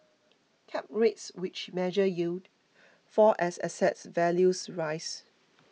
cap rates which measure yield fall as asset values rise